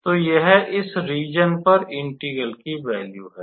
तो यह इस रीज़न पर इंटिग्र्ल की वैल्यू है